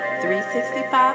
365